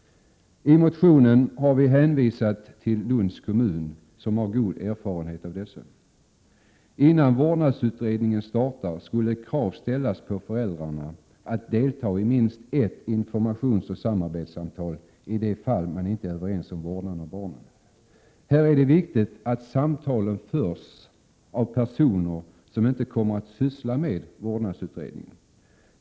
I motionen har vi hänvisat till Lunds kommun, där man har god erfarenhet av sådana samtal. Innan vårdnadsutredningen startar skulle krav ställas på föräldrarna att de skall delta i minst ett informationsoch samarbetssamtal om de inte är överens om vårdnaden av barnet. Det är viktigt att samtalen leds av personer som inte kommer att syssla med vårdnadsutredningen.